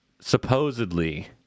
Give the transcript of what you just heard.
supposedly